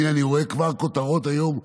והינה אני רואה כבר כותרות היום,